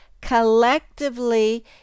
collectively